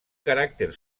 caràcter